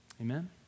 Amen